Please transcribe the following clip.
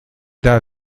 der